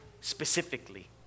specifically